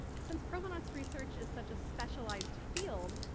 since provenance research is such a specialized field,